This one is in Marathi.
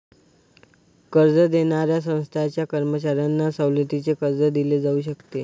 कर्ज देणाऱ्या संस्थांच्या कर्मचाऱ्यांना सवलतीचे कर्ज दिले जाऊ शकते